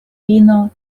fino